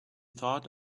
thought